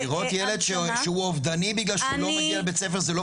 לראות ילד שהוא אובדני בגלל שהוא לא מגיע לבית הספר זה לא פחות חמור.